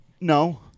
No